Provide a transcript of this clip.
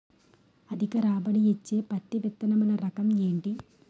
అధిక రాబడి ఇచ్చే పత్తి విత్తనములు రకం ఏంటి?